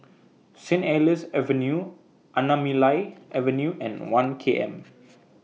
Saint Helier's Avenue Anamalai Avenue and one K M